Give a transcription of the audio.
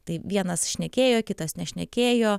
tai vienas šnekėjo kitas nešnekėjo